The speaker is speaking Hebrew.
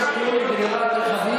הפנים.